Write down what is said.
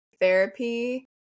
therapy